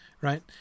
right